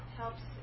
helps